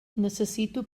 necessito